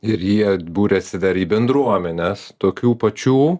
ir jie buriasi dar į bendruomenes tokių pačių